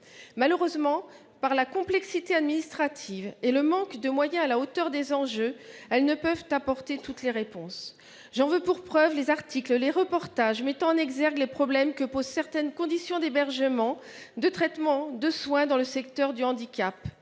Malheureusement, en raison de la complexité administrative et de moyens qui ne sont pas à la hauteur des enjeux, ils ne peuvent apporter toutes les réponses. J’en veux pour preuve les articles ou les reportages mettant en exergue les problèmes que posent certaines conditions d’hébergement, de traitement et de soins dans le secteur du handicap.